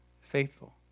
faithful